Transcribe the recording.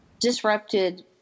disrupted